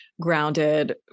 grounded